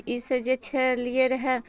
ईसे जे छलियै रहय